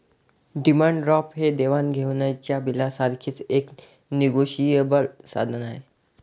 demand draft हे देवाण घेवाणीच्या बिलासारखेच एक निगोशिएबल साधन आहे